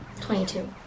Twenty-two